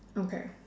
okay